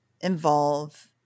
involve